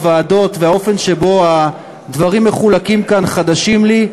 הוועדות והאופן שבו הדברים מחולקים כאן חדשים לי,